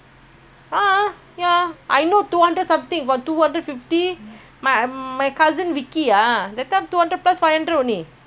my my cousin vicky ah that time two hundred plus five hundred only